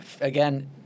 again